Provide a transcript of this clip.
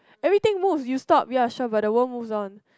everything move you stop you're shall by the one move on